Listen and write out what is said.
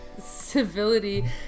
civility